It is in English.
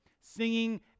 singing